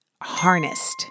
harnessed